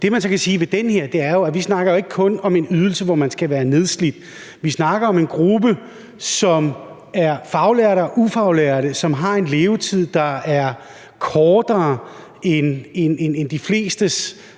kun snakker om en ydelse, man skal være nedslidt for at få. Vi snakker om en gruppe, som er faglærte og ufaglærte, og som har en levetid, der er kortere end de flestes